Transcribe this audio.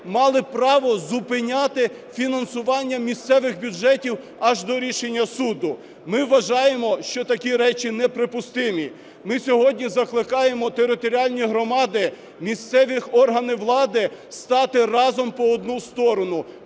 мали право зупиняти фінансування місцевих бюджетів, аж до рішення суду. Ми вважаємо, що такі речі неприпустимі. Ми сьогодні закликаємо територіальні громади, місцеві органи влади стати разом по одну сторону,